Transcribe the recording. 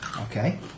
Okay